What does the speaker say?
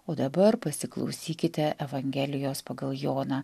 o dabar pasiklausykite evangelijos pagal joną